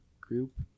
group